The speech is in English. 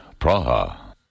Praha